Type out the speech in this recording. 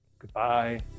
Goodbye